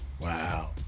Wow